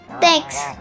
Thanks